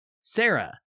Sarah